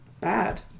bad